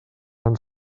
han